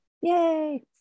Yay